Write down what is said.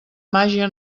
màgia